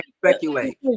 speculate